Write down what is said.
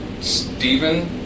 Stephen